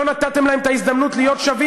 לא נתתם להם את ההזדמנות להיות שווים.